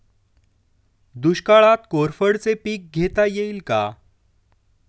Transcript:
दुष्काळात कोरफडचे पीक घेता येईल का?